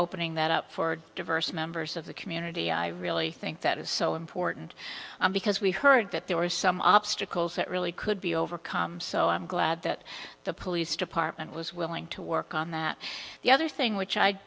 opening that up for diverse members of the community i really think that is so important because we heard that there were some obstacles that really could be overcome so i'm glad that the police department was willing to work on that the other thing which i